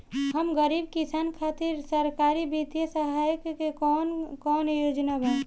हम गरीब किसान खातिर सरकारी बितिय सहायता के कवन कवन योजना बा?